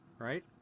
Right